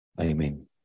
Amen